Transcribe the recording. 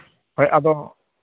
ᱦᱳᱭ ᱟᱫᱚ